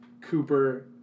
Cooper